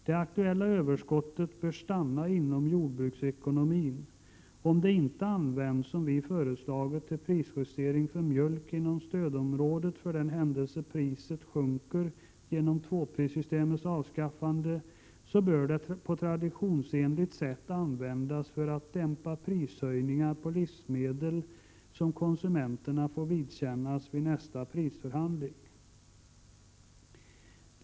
Det aktuella överskottet bör stanna inom jordbruksekonomin. Om det inte används, som vi föreslagit, till prisjusteringen för mjölk inom stödområdet för den händelse priset sjunker genom tvåprissystemets avskaffande, bör det på traditionsenligt sätt användas för att dämpa de prishöjningar på livsmedel som konsumenterna får vidkännas vid nästa prisförhandling.